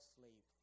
sleep